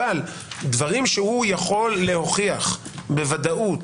אבל דברים שהוא יכול להוכיח בוודאות,